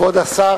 כבוד השר,